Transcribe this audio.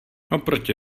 oproti